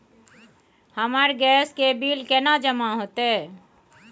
हमर गैस के बिल केना जमा होते?